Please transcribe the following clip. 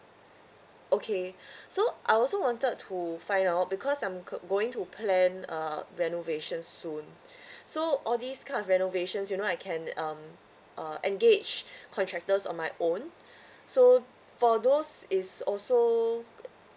okay so I also wanted to find out because I'm cou~ going to plan a renovation soon so all these kind of renovations you know I can um uh engage contractors on my own so for those is also